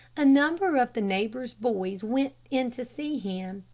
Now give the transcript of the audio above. a number of the neighbors' boys went into see him,